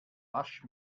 wasch